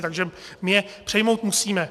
Takže my je přijmout musíme.